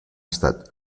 estat